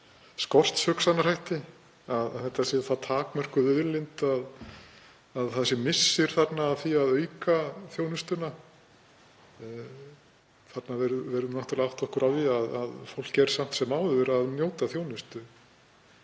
skortshugusnarhætti, að þetta sé það takmörkuð auðlind að það sé missir af því að auka þjónustuna. Við verðum náttúrlega að átta okkur á því að fólk er samt sem áður að njóta þjónustu